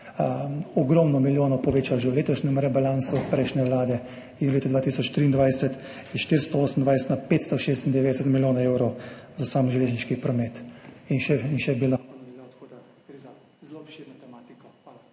ogromno milijonov povečali že v letošnjem rebalansu prejšnje vlade in v letu 2023 s 428 na 596 milijonov evrov za sam železniški promet. In še bi lahko nadaljeval, tako da gre za zelo obširno tematiko. Hvala.